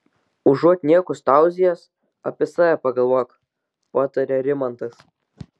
užuot niekus tauzijęs apie save pagalvok patarė rimantas